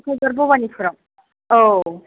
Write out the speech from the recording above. कक्राझार बभानिफुराव औ